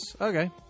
Okay